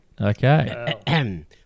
Okay